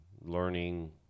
learning